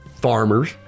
farmers